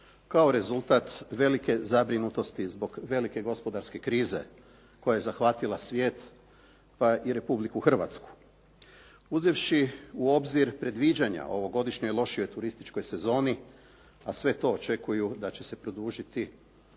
kao rezultat velike zabrinutosti zbog velike gospodarske krize koja je zahvatila svijet pa i Republiku Hrvatsku. Uzevši u obzir predviđanja o ovogodišnjoj lošijoj turističkoj sezoni, a sve to očekuju da će se produžiti